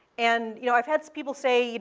and you know i've had people say, yeah